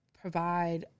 provide